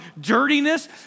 dirtiness